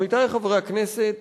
עמיתי חברי הכנסת,